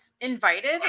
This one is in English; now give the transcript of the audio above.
invited